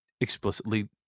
explicitly